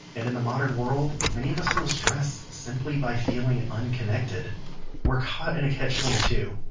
and in the modern world many of us feel stress simply by feeling unconnected we're caught in a catch twenty two.